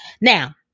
Now